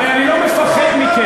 הרי אני לא מפחד מכם.